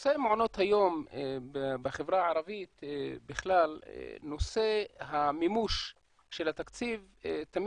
בנושא מעונות היום בחברה הערבית בכלל נושא המימוש של התקציב תמיד,